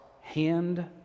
Hand